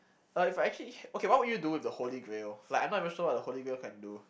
uh if I actually okay what would you do with the holy grail like I'm not even sure what the holy grail can do